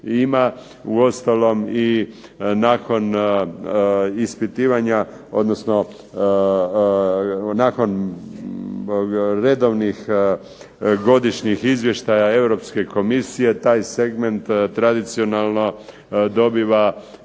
uostalom i nakon ispitivanja, odnosno nakon redovnih godišnjih izvještaja Europske Komisije taj segment tradicionalno dobiva